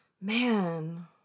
Man